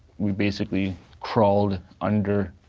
we basically crawled under